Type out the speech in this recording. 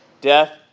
Death